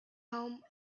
home